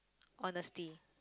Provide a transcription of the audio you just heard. honesty